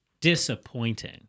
Disappointing